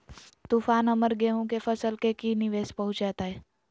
तूफान हमर गेंहू के फसल के की निवेस पहुचैताय?